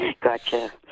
gotcha